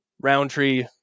roundtree